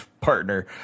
partner